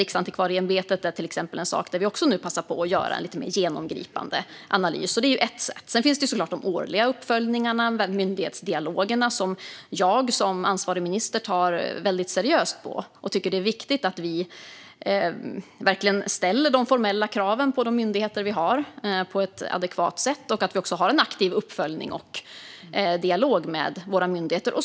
Riksantikvarieämbetet är till exempel också något som vi passar på att göra en mer genomgripande analys av. Detta är ett sätt. Sedan finns såklart de årliga uppföljningarna med myndighetsdialoger som jag som ansvarig minister tar väldigt seriöst på. Jag tycker att det är viktigt att vi på ett adekvat sätt ställer formella krav på de myndigheter vi har. Vi ska också ha en aktiv uppföljning och dialog med våra myndigheter.